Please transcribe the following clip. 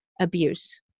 abuse